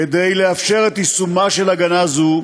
כדי לאפשר את יישומה של הגנה זו,